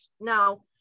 Now